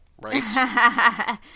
right